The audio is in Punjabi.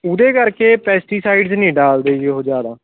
ਉਹਦੇ ਕਰਕੇ ਪੈਸਟੀਸਾਈਡਜ਼ ਨਹੀਂ ਡਾਲਦੇ ਜੀ ਉਹ ਜ਼ਿਆਦਾ